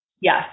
Yes